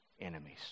enemies